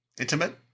intimate